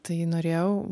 tai norėjau